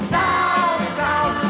downtown